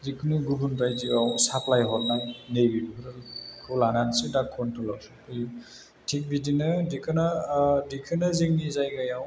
जिखुनु गुबुन रायजोआव साप्लाइ हरनाय नै बेफोरखौ लानानैसो दा कन्ट्रलाव सफैयो थिग बिदिनो दिखोना दिखोनो जोंनि जायगायाव